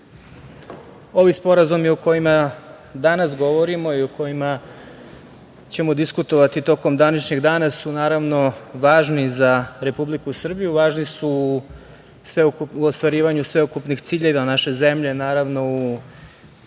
ovi sporazumi o kojima danas govorimo i o kojima ćemo diskutovati tokom današnjeg dana su naravno važni za Republiku Srbiju, važni su u ostvarivanju sveukupnih ciljeva naše zemlje, naravno, u